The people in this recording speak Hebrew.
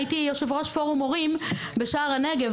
הייתי יושבת-ראש פורום הורים בשער הנגב,